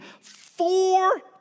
four